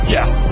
Yes